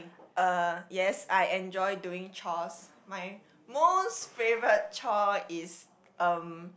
uh yes I enjoy doing chores my most favourite chore is um